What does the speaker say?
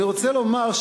אני רוצה לומר,